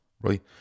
right